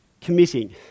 committing